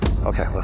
Okay